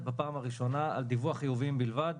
בפעם הראשונה על דיווח חיוביים בלבד,